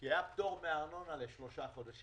כי היה לעסקים פטור מארנונה לשלושה חודשים